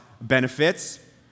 benefits